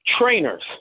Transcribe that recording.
Trainers